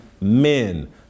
men